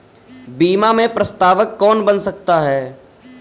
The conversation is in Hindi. बीमा में प्रस्तावक कौन बन सकता है?